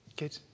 good